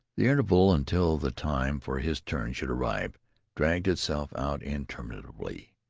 the interval until the time for his turn should arrive dragged itself out interminably.